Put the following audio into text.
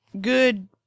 good